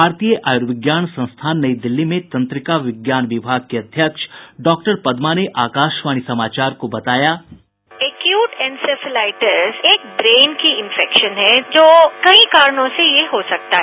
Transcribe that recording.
भारतीय आयुर्विज्ञान संस्थान नई दिल्ली में तंत्रिका विज्ञान विभाग की अध्यक्ष डॉक्टर पदमा ने आकाशवाणी समाचार को बताया साउंड बाईट एक्यूट इंसेफलाइटिस एक ब्रेन की इंफैक्शन है जो कई कारणों से ये हो सकता है